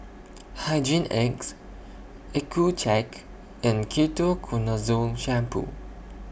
Hygin X Accucheck and Ketoconazole Shampoo